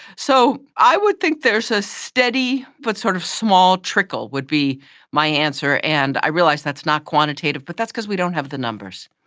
so i would think there's a steady but sort of small trickle would be my answer, and i realise that's not quantitative but that's because we don't have the numbers.